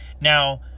Now